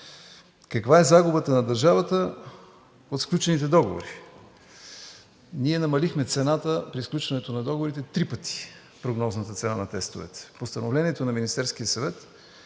Каква е загубата на държавата от сключените договори? Ние намалихме цената при сключването на договорите три пъти прогнозната цена на тестовете. Постановлението на Министерския съвет